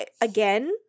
again